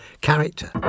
character